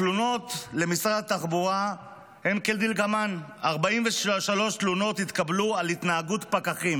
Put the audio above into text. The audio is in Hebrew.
התלונות למשרד התחבורה הן כדלקמן: 43 תלונות התקבלו על התנהגות פקחים